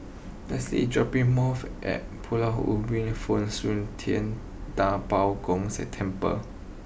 Lesley dropping more off at Pulau Ubin Fo Ting Da Bo Gong Temple